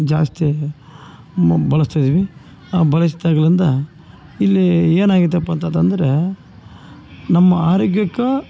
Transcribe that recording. ಜಾಸ್ತಿಯಾಗಿ ಮೊ ಬಳಸ್ತಾಯಿದಿವಿ ಬಳಸಿದಾಗ್ಲಿಂದ ಇಲ್ಲಿ ಏನು ಅಗ್ಯತಪ್ಪಾ ಅಂತಂದರೆ ನಮ್ಮ ಆರೋಗ್ಯಕ್ಕೆ